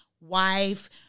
wife